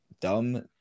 Dumb